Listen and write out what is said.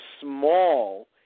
small